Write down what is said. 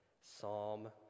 psalm